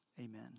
Amen